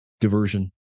diversion